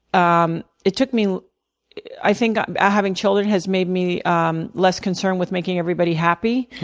um it took me i think having children has made me um less concerned with making everybody happy.